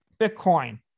Bitcoin